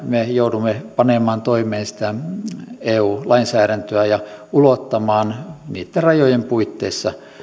me joudumme panemaan toimeen eu lainsäädäntöä ja ulottamaan niitten rajojen puitteissa